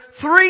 three